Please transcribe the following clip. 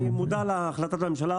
אני מודע להחלטת הממשלה,